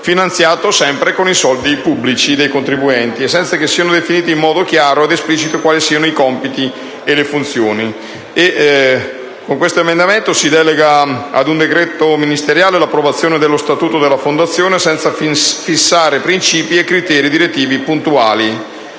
finanziato sempre con i soldi pubblici dei contribuenti, senza che siano definiti in modo chiaro ed esplicito compiti e funzioni. Con questo emendamento si delega a un decreto ministeriale l'approvazione dello statuto della Fondazione, senza fissare principi e criteri direttivi puntuali